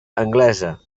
anglesa